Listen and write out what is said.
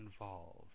Involved